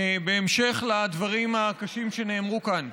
בהמשך לדברים הקשים שנאמרו כאן.